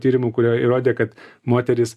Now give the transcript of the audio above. tyrimų kuriuo įrodė kad moterys